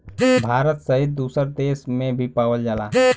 भारत सहित दुसर देस में भी पावल जाला